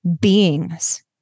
beings